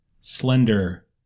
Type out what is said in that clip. slender